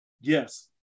yes